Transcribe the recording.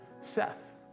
Seth